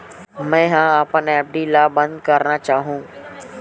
मेंहा अपन एफ.डी ला बंद करना चाहहु